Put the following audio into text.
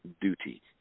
duty